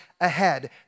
ahead